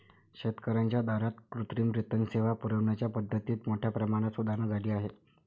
शेतकर्यांच्या दारात कृत्रिम रेतन सेवा पुरविण्याच्या पद्धतीत मोठ्या प्रमाणात सुधारणा झाली आहे